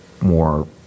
more